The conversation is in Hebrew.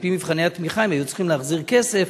על-פי מבחני התמיכה הם היו צריכים להחזיר כסף.